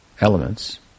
elements